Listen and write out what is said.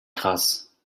krass